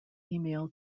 email